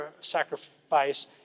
sacrifice